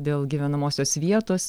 dėl gyvenamosios vietos